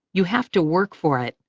you have to work for it.